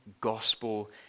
gospel